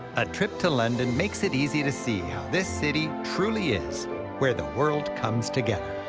a trip to london makes it easy to see how this city truly is where the world comes together.